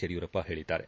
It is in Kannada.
ಯಡಿಯೂರಪ್ಪ ಹೇಳಿದ್ದಾರೆ